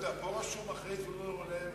פה כתוב: אחרי זבולון אורלב